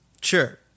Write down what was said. sure